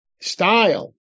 style